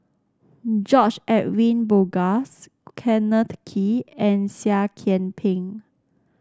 George Edwin Bogaars Kenneth Kee and Seah Kian Peng